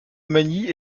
magny